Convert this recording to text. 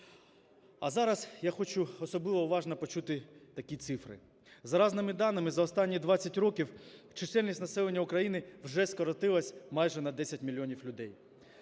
А зараз я хочу особливо уважно почути такі цифри. За різними даними, за останні 20 років чисельність населення України вже скоротилась майже на 10 мільйонів людей.